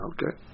Okay